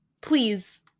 please